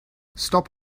stop